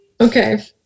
okay